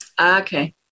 Okay